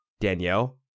danielle